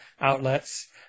outlets